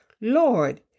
Lord